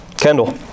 Kendall